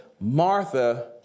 Martha